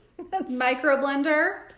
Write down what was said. Microblender